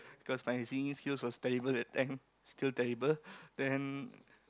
cause my singing skills was terrible that time still terrible then